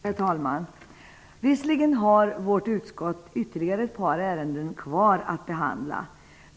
Herr talman! Visserligen har vårt utskott ytterligare ett par ärenden kvar att behandla.